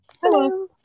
Hello